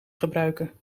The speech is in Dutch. gebruiken